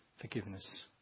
forgiveness